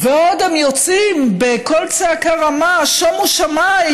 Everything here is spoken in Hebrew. ועוד הם יוצאים בקול צעקה רמה: שומו שמיים,